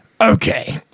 Okay